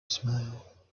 smile